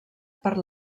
per